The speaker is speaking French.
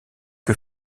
que